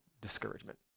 discouragement